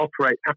operate